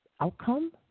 outcome